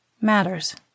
matters